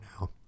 now